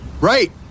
Right